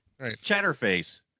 Chatterface